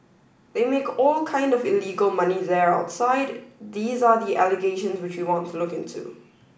they make all kind of illegal money there outside these are the allegations which we want to look into